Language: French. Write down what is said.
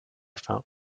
fin